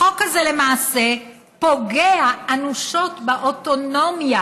החוק הזה למעשה פוגע אנושות באוטונומיה